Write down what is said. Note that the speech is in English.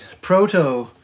Proto